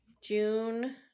June